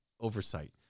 oversight